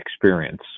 experience